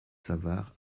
savart